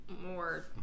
more